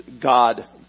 God